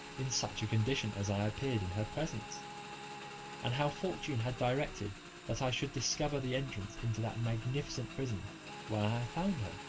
in such a condition as i appeared in her presence and how fortune had directed that i should discover the entrance into that magnificent prison where i had found her,